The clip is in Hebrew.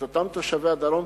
את אותם תושבי הדרום,